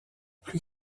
plus